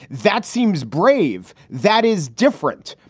that seems. brave, that is different,